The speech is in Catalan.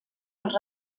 els